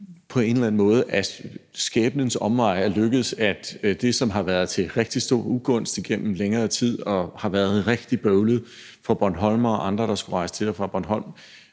på en eller anden måde ad skæbnens omveje er lykkedes, sådan at det, som har været til rigtig stor ugunst igennem længere tid og har været rigtig bøvlet for bornholmere og andre, der skulle rejse til og fra Bornholm,